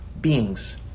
beings